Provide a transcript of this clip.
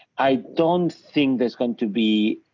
i don't think there's going to be,